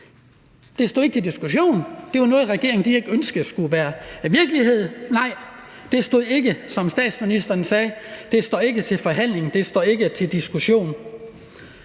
Det var ikke til diskussion. Det var noget, regeringen ikke ønskede skulle være virkelighed. Så nej, det var ikke, sådan som statsministeren sagde, til forhandling, det var ikke til diskussion.